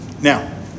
Now